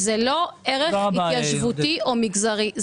זה לא ערך התיישבותי או מגזרי.